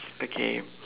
okay